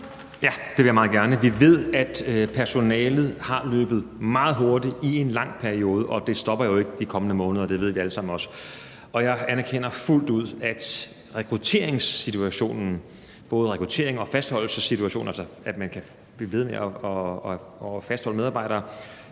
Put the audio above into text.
Ja, det vil jeg meget gerne. Vi ved, at personalet har løbet meget hurtigt i en lang periode, og det stopper jo ikke de kommende måneder; det ved vi alle sammen også. Og jeg anerkender fuldt ud, at rekrutteringssituationen – både rekrutterings- og fastholdelsessituationen, altså at man kan blive ved med at fastholde medarbejdere